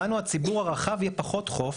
לנו הציבור הרחב יהיה פחות חוף,